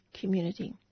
community